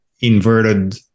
inverted